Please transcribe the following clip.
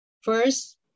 First